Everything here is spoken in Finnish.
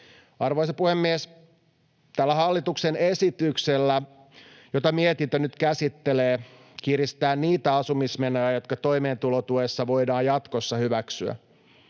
Arvoisa puhemies! Tällä hallituksen esityksellä, jota mietintö nyt käsittelee, kiristetään niitä asumismenoja, jotka toimeentulotuessa voidaan jatkossa hyväksyä.